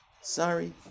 Sorry